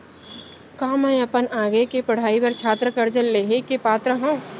का मै अपन आगे के पढ़ाई बर छात्र कर्जा लिहे के पात्र हव?